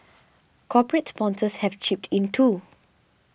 corporate sponsors have chipped in too